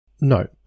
No